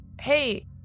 hey